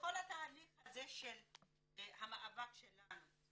בכל התהליך של המאבק שלנו,